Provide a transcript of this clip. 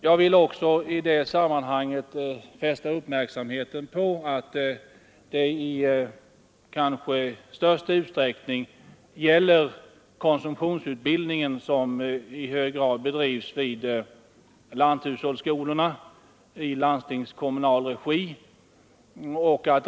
Jag vill i detta sammanhang fästa uppmärksamheten på att detta i hög grad gäller konsumtionsutbildningen som i stor utsträckning bedrivs vid lanthushållsskolorna i landstingskommunal regi.